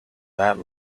that